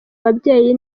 babyeyi